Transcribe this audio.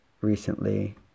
recently